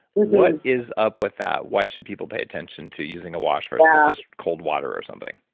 what is up with that? why should people pay attention to using a wash versus just cold water or something?